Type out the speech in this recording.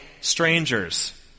strangers